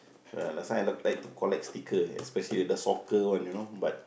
so last time I love like to collect sticker especially the soccer one you know but